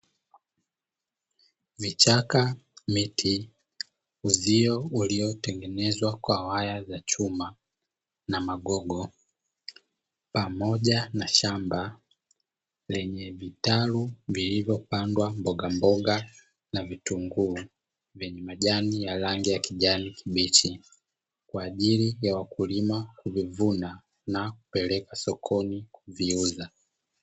Vichaka, miti, uzio uliotengenezwa kwa waya za chuma na magogo pamoja na shamba lenye vitalu vilivyopandwa mbogamboga na vitunguu vyenye majani ya rangi ya kijani kibichi, kwa ajili ya wakulima kuvivuna na kupeleka sokoni kuviuza.